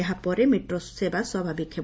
ଏହା ପରେ ମେଟ୍ରୋ ସେବା ସ୍ୱାଭାବିକ ହେବ